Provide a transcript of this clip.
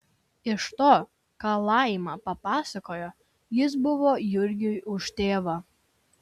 iš to ką laima pasakojo jis buvo jurgiui už tėvą